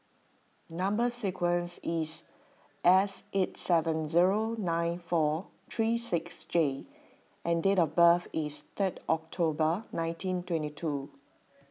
Number Sequence is S eight seven zero nine four three six J and date of birth is third October nineteen twenty two